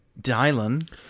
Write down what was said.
Dylan